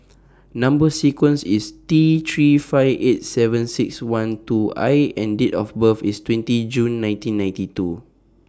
Number sequence IS T three five eight seven six one two I and Date of birth IS twenty June nineteen ninety two